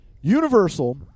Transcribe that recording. Universal